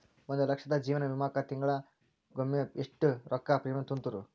ಒಂದ್ ಲಕ್ಷದ ಜೇವನ ವಿಮಾಕ್ಕ ಎಷ್ಟ ತಿಂಗಳಿಗೊಮ್ಮೆ ಪ್ರೇಮಿಯಂ ರೊಕ್ಕಾ ತುಂತುರು?